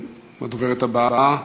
הדוברת הבאה,